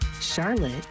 Charlotte